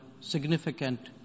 significant